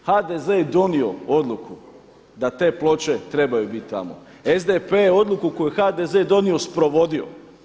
HDZ je donio odluku da te ploče trebaju biti tamo, SDP je odluku koju je HDZ donio sprovodio.